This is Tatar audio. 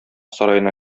сараена